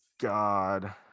God